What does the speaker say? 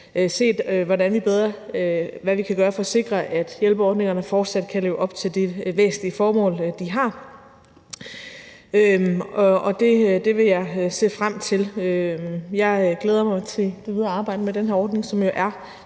set på, hvad vi kan gøre for at sikre, at hjælpeordningerne fortsat kan leve op til det væsentlige formål, de har, og det vil jeg se frem til. Jeg glæder mig til det videre arbejde med den her ordning, som jo er,